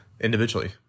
individually